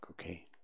okay